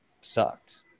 sucked